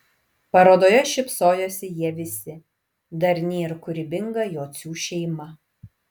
parodoje šypsojosi jie visi darni ir kūrybinga jocių šeima